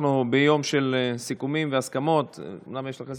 אנחנו עוברים לסעיף